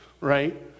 right